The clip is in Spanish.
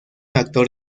actor